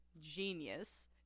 genius